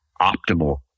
optimal